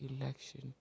election